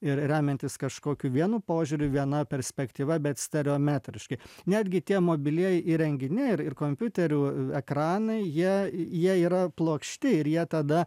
ir remiantis kažkokiu vienu požiūriu viena perspektyva bet stereometriškai netgi tie mobilieji įrenginiai ir ir kompiuterių ekranai jie jie yra plokšti ir jie tada